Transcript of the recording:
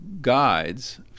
guides